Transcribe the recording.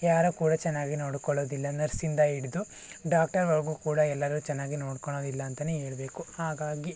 ಯಾರು ಕೂಡ ಚೆನ್ನಾಗಿ ನೋಡಿಕೊಳ್ಳುವುದಿಲ್ಲ ನರ್ಸಿಂದ ಹಿಡಿದು ಡಾಕ್ಟರ್ವರೆಗೂ ಕೂಡ ಎಲ್ಲರೂ ಚೆನ್ನಾಗಿ ನೋಡ್ಕೊಳ್ಳೋದಿಲ್ಲ ಅಂತಲೇ ಹೇಳ್ಬೇಕು ಹಾಗಾಗಿ